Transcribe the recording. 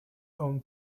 own